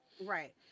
Right